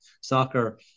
soccer